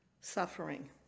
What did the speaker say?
suffering